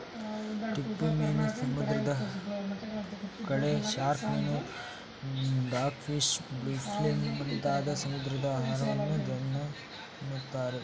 ಚಿಪ್ಪುಮೀನು, ಸಮುದ್ರದ ಕಳೆ, ಶಾರ್ಕ್ ಮೀನು, ಡಾಗ್ ಫಿಶ್, ಬ್ಲೂ ಫಿಲ್ಮ್ ಮುಂತಾದ ಸಮುದ್ರದ ಆಹಾರವನ್ನು ಜನ ತಿನ್ನುತ್ತಾರೆ